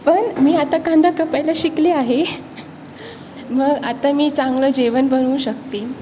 पण मी आता कांदा कापायला शिकले आहे मग आता मी चांगलं जेवण बनवू शकते